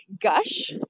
gush